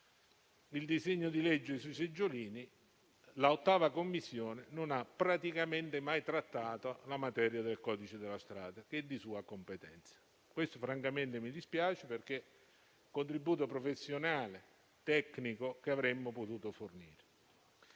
il disegno di legge sui seggiolini, l'8a Commissione non ha praticamente mai trattato la materia del codice della strada, che è di sua competenza e questo francamente mi dispiace per il contributo professionale e tecnico che avremmo potuto fornire.